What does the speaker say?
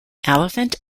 elephant